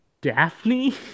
Daphne